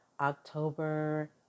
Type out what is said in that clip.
October